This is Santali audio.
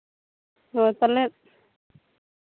ᱦᱳᱭ ᱯᱟᱞᱮᱜ